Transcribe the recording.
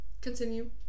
Continue